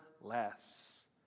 less